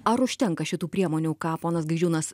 ar užtenka šitų priemonių ką ponas gaižiūnas